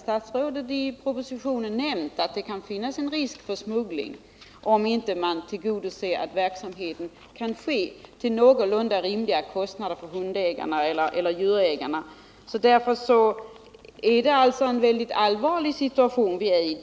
— statsrådet redan i propositionen nämnt att det kan finnas en risk för smuggling, om man inte ser till att verksamheten kan ske till någorlunda rimliga kostnader för djurägarna. Därför är det alltså en mycket allvarlig situation vi befinner oss i.